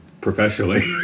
professionally